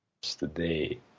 today